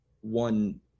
one